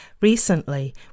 Recently